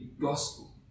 gospel